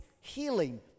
healing